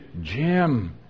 Jim